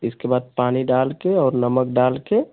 इसके बाद पानी डालकर और नमक डालकर